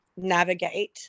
navigate